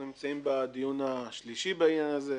אנחנו נמצאים בדיון השלישי בעניין הזה.